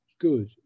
good